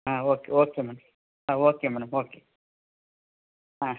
ಹಾಂ okay okay madam ಹಾಂ okay madam okay ಹಾಂ